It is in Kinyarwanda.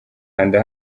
kanda